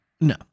No